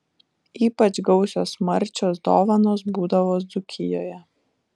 ypač gausios marčios dovanos būdavo dzūkijoje